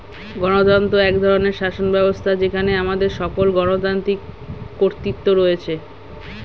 গণতন্ত্র এক ধরনের শাসনব্যবস্থা যেখানে আমাদের সকল গণতান্ত্রিক কর্তৃত্ব রয়েছে